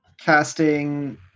casting